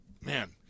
man –